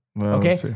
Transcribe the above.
Okay